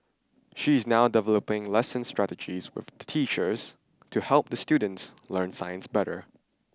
she is now developing lesson strategies with teachers to help students learn science better